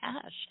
cash